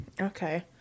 okay